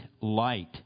light